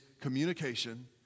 communication